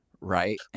right